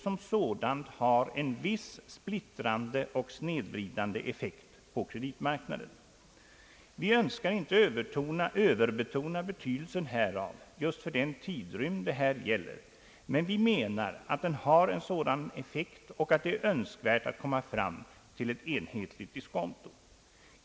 Som sådant har det en viss splittrande och snedvridande effekt på kreditmarknaden. Vi önskar inte överbetona betydelsen härav just för den tidrymd det nu gäller, men vi menar att den har en sådan effekt och att det är önskvärt att komma fram till ett enhetligt diskonto.